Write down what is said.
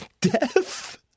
death